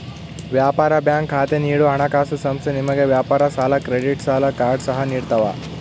ವ್ಯಾಪಾರ ಬ್ಯಾಂಕ್ ಖಾತೆ ನೀಡುವ ಹಣಕಾಸುಸಂಸ್ಥೆ ನಿಮಗೆ ವ್ಯಾಪಾರ ಸಾಲ ಕ್ರೆಡಿಟ್ ಸಾಲ ಕಾರ್ಡ್ ಸಹ ನಿಡ್ತವ